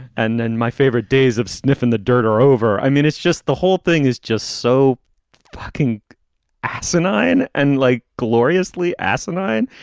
and then my favorite days of sniffing the dirt are over. i mean, it's just the whole thing is just so fucking asinine and like, gloriously asinine.